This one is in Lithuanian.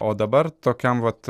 o dabar tokiam vat